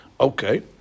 Okay